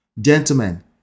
Gentlemen